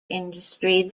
industry